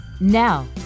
Now